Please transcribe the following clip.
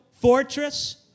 fortress